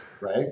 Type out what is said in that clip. right